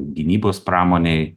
gynybos pramonėj